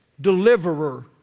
deliverer